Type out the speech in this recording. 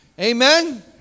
Amen